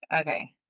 Okay